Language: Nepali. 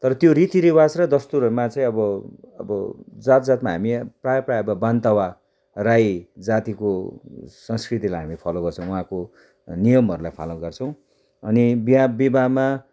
तर त्यो रीति रिवाज र दस्तुरमा चाहिँ अब अब जात जातमा हामी प्रायः प्रायः अब बान्तावा राई जातिको संस्कृतिलाई हामी फलो गर्छौँ उहाँको नियमहरूलाई फलो गर्छौँ अनि बिहा विवाहमा